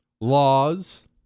Laws